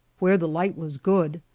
where the light was good.